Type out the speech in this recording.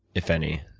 if any?